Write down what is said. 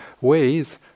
ways